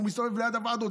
הוא מסתובב ליד הוועדות.